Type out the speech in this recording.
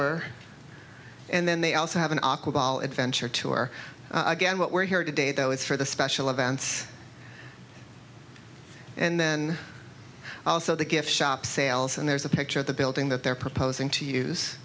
her and then they also have an aqua ball adventure tour again what we're here today though is for the special events and then also the gift shop sales and there's a picture of the building that they're proposing to use